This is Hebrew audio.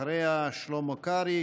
ואחריה שלמה קרעי,